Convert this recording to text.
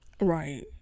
right